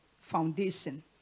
foundation